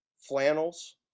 flannels